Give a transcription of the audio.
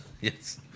Yes